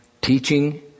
teaching